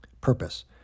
Purpose